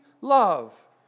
love